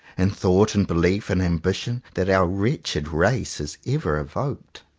and thought, and belief and ambi tion, that our wretched race has ever evoked.